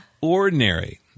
ordinary